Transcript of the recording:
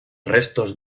restos